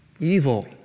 evil